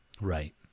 Right